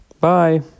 Bye